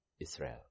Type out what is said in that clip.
Israel